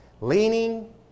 Leaning